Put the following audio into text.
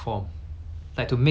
doable kind of a